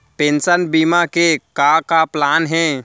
Pension बीमा के का का प्लान हे?